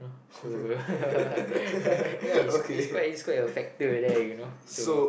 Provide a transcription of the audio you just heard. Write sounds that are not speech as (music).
so (laughs) ya it's it's quite it's quite a factor there you know so